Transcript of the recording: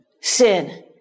sin